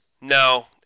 No